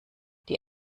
die